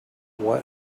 what